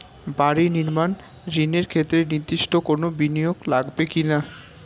বাড়ি নির্মাণ ঋণের ক্ষেত্রে নির্দিষ্ট কোনো বিনিয়োগ লাগবে কি না?